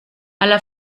alla